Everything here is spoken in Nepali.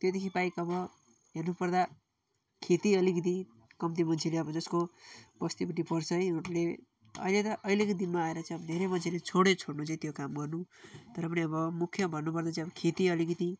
त्योदेखि बाहेक अब हेर्नु पर्दा खेती अलिकति कम्ती मान्छेले अब जसको बस्तीपट्टि पर्छ है अहिले त अहिलेको दिनमा आएर चाहिँ अब धेरै मान्छेले छोड्यो छोड्नु चाहिँ त्यो काम गर्नु तर पनि अब मुख्य भन्नु पर्दा चाहिँ अब खेती अलिकति